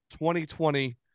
2020